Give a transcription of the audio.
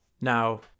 Now